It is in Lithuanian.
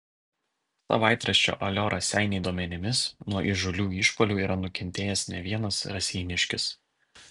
savaitraščio alio raseiniai duomenimis nuo įžūlių išpuolių yra nukentėjęs ne vienas raseiniškis